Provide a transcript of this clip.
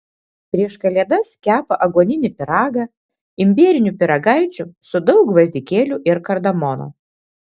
prieš kalėdas kepa aguoninį pyragą imbierinių pyragaičių su daug gvazdikėlių ir kardamono